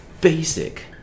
basic